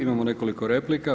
Imamo nekoliko replika.